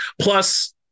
Plus